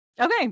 Okay